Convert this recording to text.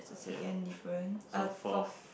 second different uh fourth